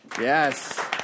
Yes